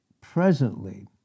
presently